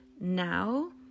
now